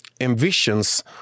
envisions